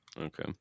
Okay